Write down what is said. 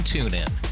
TuneIn